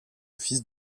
fils